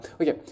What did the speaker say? okay